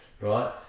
Right